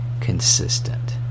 consistent